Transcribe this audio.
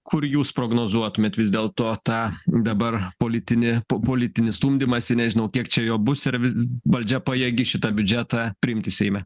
kur jūs prognozuotumėt vis dėlto tą dabar politinį po politinį stumdymąsi nežinau kiek čia jo bus ar vis valdžia pajėgi šitą biudžetą priimti seime